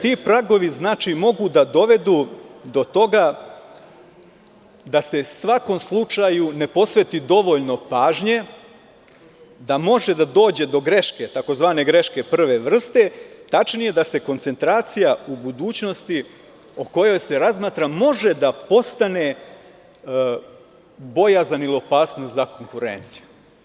Ti tragovi znači mogu da dovedu do toga da se svakom slučaju ne posveti dovoljno pažnje, da može da dođe do greške, tzv. „greške prve vrste“, tačnije da se koncentracija u budućnosti o kojoj se razmatra može da postane bojazan i opasnost za konkurenciju.